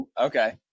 Okay